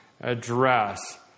address